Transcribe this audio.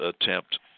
attempt